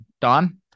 Don